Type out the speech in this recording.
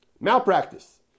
Malpractice